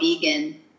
vegan